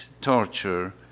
torture